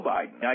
Biden